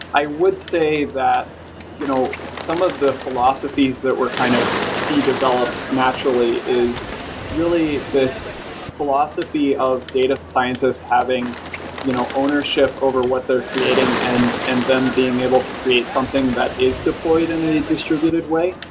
i would say that you know some of the philosophies that were kind of c developed naturally is really this philosophy of data scientists having you know ownership over what they're creating and and then being able to create something that is deployed in a distributed way.